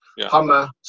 Hummer